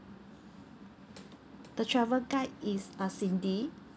the travel guide is uh cindy